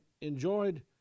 enjoyed